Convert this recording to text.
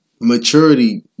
maturity